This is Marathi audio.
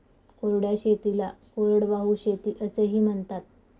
कोरड्या शेतीला कोरडवाहू शेती असेही म्हणतात